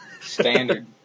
Standard